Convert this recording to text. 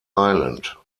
island